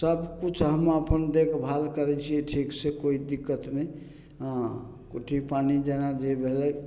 सबकिछु हम अपन देखभाल करय छियै ठीक सँ कोइ दिक्कत नहि हँ कुट्टि पानि जेना जे भेलय